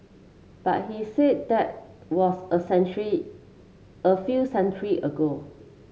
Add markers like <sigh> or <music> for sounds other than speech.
but he said that was a <unintelligible> a few <unintelligible> ago